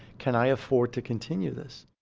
can i afford to continue this?